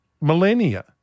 millennia